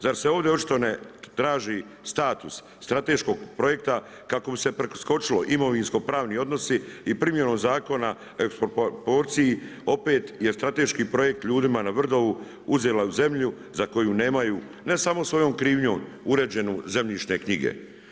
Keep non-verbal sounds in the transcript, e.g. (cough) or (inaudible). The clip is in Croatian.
Zar se ovdje očito ne traži status strateškog projekta kako bi se preskočilo imovinsko pravni odnosi i primjenom Zakona o … (unintelligible) opet je strateški projekt ljudima na Vrdovu uzela zemlju za koju nemaju ne samo svojom krivnjom uređene zemljišne knjige.